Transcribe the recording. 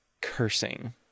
cursing